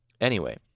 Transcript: Anyway